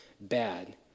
bad